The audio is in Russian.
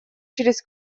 через